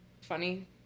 funny